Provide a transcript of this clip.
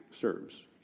serves